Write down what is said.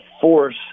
force